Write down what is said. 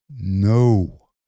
No